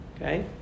okay